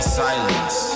silence